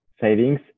savings